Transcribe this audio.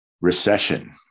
recession